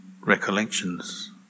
recollections